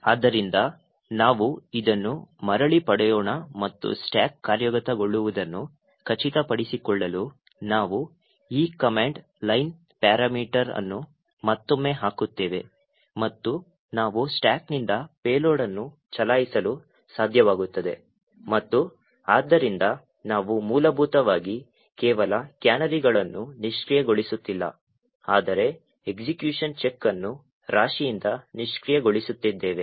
ಆದ್ದರಿಂದ ನಾವು ಇದನ್ನು ಮರಳಿ ಪಡೆಯೋಣ ಮತ್ತು ಸ್ಟಾಕ್ ಕಾರ್ಯಗತಗೊಳ್ಳುವುದನ್ನು ಖಚಿತಪಡಿಸಿಕೊಳ್ಳಲು ನಾವು ಈ ಕಮಾಂಡ್ ಲೈನ್ ಪ್ಯಾರಾಮೀಟರ್ ಅನ್ನು ಮತ್ತೊಮ್ಮೆ ಹಾಕುತ್ತೇವೆ ಮತ್ತು ನಾವು ಸ್ಟಾಕ್ನಿಂದ ಪೇಲೋಡ್ ಅನ್ನು ಚಲಾಯಿಸಲು ಸಾಧ್ಯವಾಗುತ್ತದೆ ಮತ್ತು ಆದ್ದರಿಂದ ನಾವು ಮೂಲಭೂತವಾಗಿ ಕೇವಲ ಕ್ಯಾನರಿಗಳನ್ನು ನಿಷ್ಕ್ರಿಯಗೊಳಿಸುತ್ತಿಲ್ಲ ಆದರೆ ಎಸ್ಎಕ್ಯುಷನ್ ಚೆಕ್ ಅನ್ನು ರಾಶಿಯಿಂದ ನಿಷ್ಕ್ರಿಯಗೊಳಿಸುತ್ತಿದ್ದೇವೆ